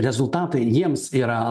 rezultatai jiems yra